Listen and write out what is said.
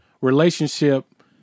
relationship